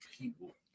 people